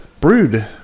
brewed